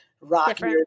rockier